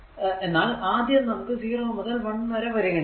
എന്നാൽ ആദ്യം നമുക്ക് 0 മുതൽ 1 വരെ പരിഗണിക്കണം